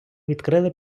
відкрили